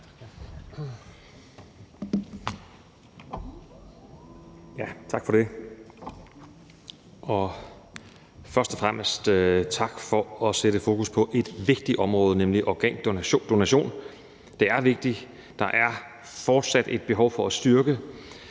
Tak for det, og først og fremmest tak for at sætte fokus på et vigtigt område, nemlig organdonation. Det er vigtigt, for der er fortsat et behov for at styrke